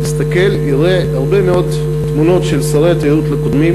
יסתכל ויראה הרבה מאוד תמונות של שרי התיירות הקודמים.